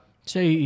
Say